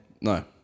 no